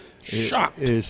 Shocked